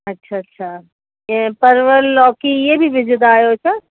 अच्छा अच्छा इहे परवल लौकी इहे बि विझंदा आहियो छा